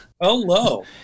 Hello